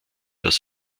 das